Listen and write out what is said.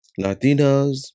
Latinas